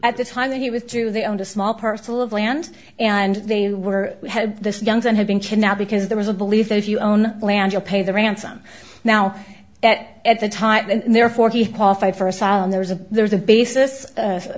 at the time he was to they owned a small parcel of land and they were had this young son had been kidnapped because there was a belief that if you own land you pay the ransom now that at the time and therefore he qualify for asylum there's a there's a basis